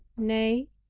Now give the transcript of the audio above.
nay,